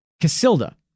Casilda